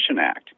Act